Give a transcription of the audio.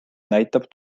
näitab